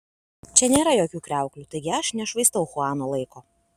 čia nėra jokių kriauklių taigi aš nešvaistau chuano laiko